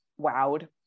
wowed